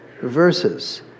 verses